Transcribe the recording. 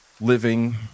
living